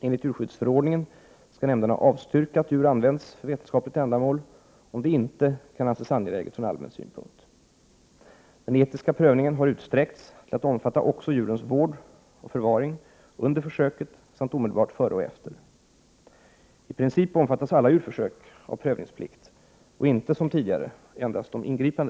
Enligt djurskyddsförordningen skall nämnderna avstyrka att djur används för vetenskapligt ändamål om det inte kan anses angeläget från allmän synpunkt. Den etiska prövningen har utsträckts till att omfatta också djurens vård och förvaring under försöket samt omedelbart före och efter. I princip omfattas alla försöken.